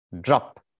Drop